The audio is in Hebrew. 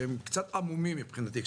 שהם קצת עמומים מבחינתי,